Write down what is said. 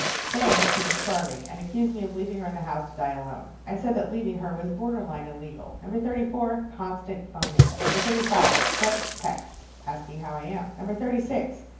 saying she was starving and accused me of leaving her in the house to die alone and said that leaving her was borderline illegal. number thirty four, constant phoning. number thirty five sent texts asking how i am. number thirty six,